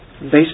Based